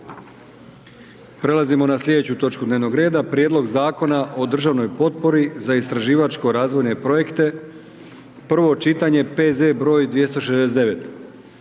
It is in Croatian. Prelazimo na sljedeću točku dnevnog reda: - Prijedlog Zakona o državnoj potpori za istraživačko razvojne projekte, prvo čitanje, P.Z. br. 269.